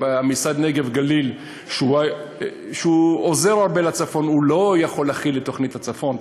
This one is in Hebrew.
משרד הנגב והגליל שעוזר הרבה לצפון אינו יכול להכיל את תוכנית הצפון,